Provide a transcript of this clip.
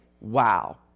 wow